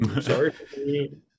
sorry